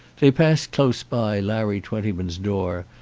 they passed close by larry twentyman's door,